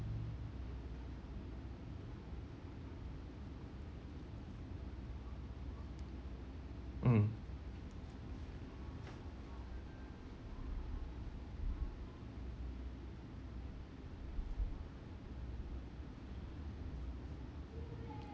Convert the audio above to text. mm